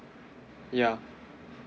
yeah